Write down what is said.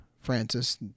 Francis